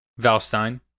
Valstein